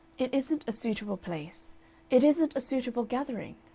it isn't a suitable place it isn't a suitable gathering.